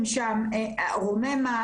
רוממה.